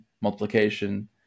multiplication